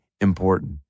important